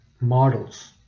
models